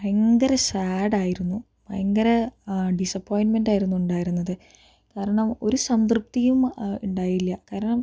ഭയങ്കര സാഡായിരുന്നു ഭയങ്കര ഡിസപ്പോയിന്റ്മെന്റ് ആയിരുന്നു ഉണ്ടായിരുന്നത് കാരണം ഒരു സംതൃപ്തിയും ഉണ്ടായില്ല കാരണം